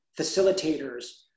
facilitators